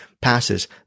passes